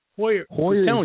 Hoyer